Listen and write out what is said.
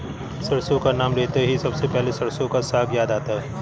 सरसों का नाम लेते ही सबसे पहले सरसों का साग याद आता है